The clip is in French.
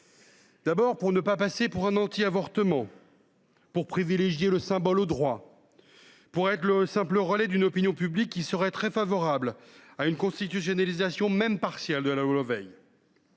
raisons : ne pas passer pour un militant anti avortement ; privilégier le symbole au droit ; être le relais d’une opinion publique qui serait très favorable à une constitutionnalisation, même partielle, de la loi Veil